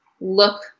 look